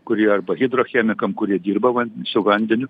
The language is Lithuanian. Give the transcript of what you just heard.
kurie arba hidrochemikam kurie dirba su vandeniu